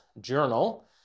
Journal